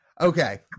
Okay